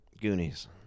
Goonies